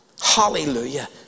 Hallelujah